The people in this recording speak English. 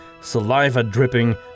saliva-dripping